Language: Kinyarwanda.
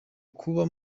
kuba